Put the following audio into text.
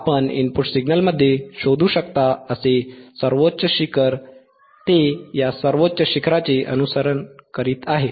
आपण इनपुट सिग्नलमध्ये शोधू शकता असे सर्वोच्च शिखर ते या सर्वोच्च शिखराचे अनुसरण करीत आहे